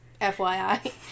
FYI